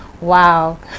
Wow